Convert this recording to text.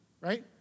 right